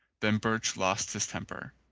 then birch lost his temper.